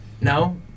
no